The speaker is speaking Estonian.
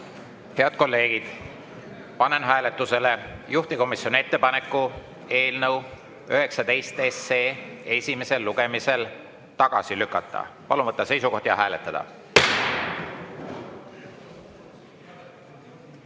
kolleegid, panen hääletusele juhtivkomisjoni ettepaneku eelnõu 19 esimesel lugemisel tagasi lükata. Palun võtta seisukoht ja hääletada!